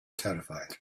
terrified